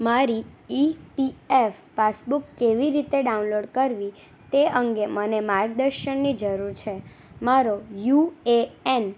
મારી E P F passbook કેવી રીતે ડાઉનલોડ કરવી તે અંગે મને માર્ગદર્શનની જરુર છે મારો યુ એ એન